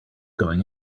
going